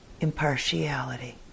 impartiality